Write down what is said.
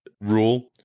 rule